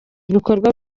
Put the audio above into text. ibikorwa